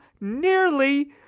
nearly